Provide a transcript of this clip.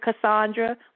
Cassandra